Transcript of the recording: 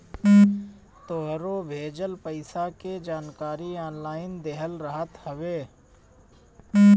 तोहरो भेजल पईसा के जानकारी ऑनलाइन देहल रहत हवे